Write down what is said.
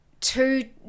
two